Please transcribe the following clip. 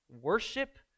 Worship